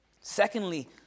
Secondly